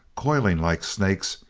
coiling like snakes,